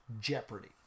Jeopardy